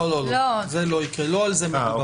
לא, זה לא יקרה, לא על זה מדובר.